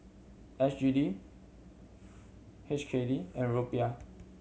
S G D H K D and Rupiah